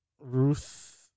Ruth